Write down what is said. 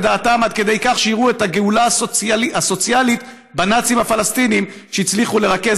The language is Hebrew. דעתם עד כדי כך שיראו "את הגאולה הסוציאלית בנאצים הפלסטינים שהצליחו לרכז